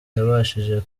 yabashije